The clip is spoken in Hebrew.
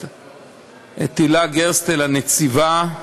את הילה גרסטל, הנציבה,